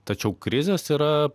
tačiau krizės yra